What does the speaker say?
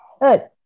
Good